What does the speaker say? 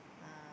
uh